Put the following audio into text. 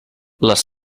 les